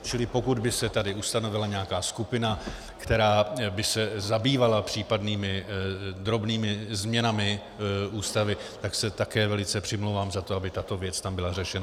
Čili pokud by se tady ustanovila nějaká skupina, která by se zabývala případnými drobnými změnami Ústavy, tak se také velice přimlouvám za to, aby tato věc byla řešena.